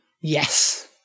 Yes